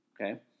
Okay